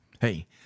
Hey